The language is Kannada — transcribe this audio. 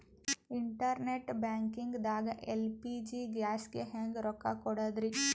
ಇಂಟರ್ನೆಟ್ ಬ್ಯಾಂಕಿಂಗ್ ದಾಗ ಎಲ್.ಪಿ.ಜಿ ಗ್ಯಾಸ್ಗೆ ಹೆಂಗ್ ರೊಕ್ಕ ಕೊಡದ್ರಿ?